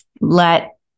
let